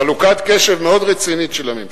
חלוקת קשב מאוד רצינית של הממשלה.